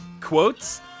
quotes